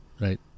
right